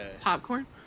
Popcorn